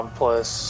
plus